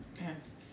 Yes